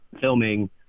filming